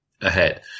ahead